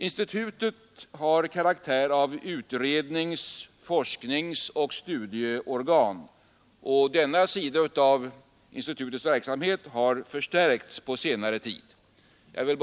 Institutet har karaktären av utrednings-, forskningsoch studieorgan, och denna sida av institutets verksamhet har på senare tid förstärkts.